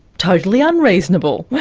totally unreasonable.